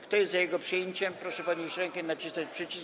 Kto jest za jego przyjęciem, proszę podnieść rękę i nacisnąć przycisk.